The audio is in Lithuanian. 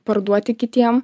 parduoti kitiem